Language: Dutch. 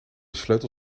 sleutel